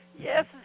Yes